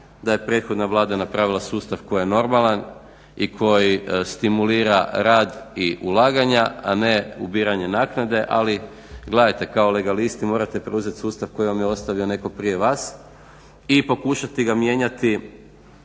da je prethodna Vlada napravila sustav koji je normalan i koji stimulira rad i ulaganja a ne ubiranje naknade ali gledajte, kao legalisti morate preuzeti sustav koji vam je ostavio netko prije vas i pokušati ga mijenjati